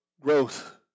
growth